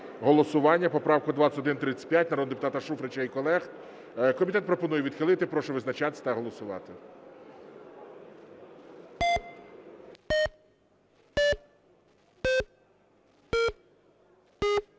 голосування, поправку 2135, народного депутата Шуфрича і колег. Комітет пропонує відхилити. Прошу визначатись та голосувати.